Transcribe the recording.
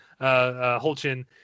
Holchin